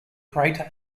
greater